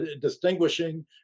distinguishing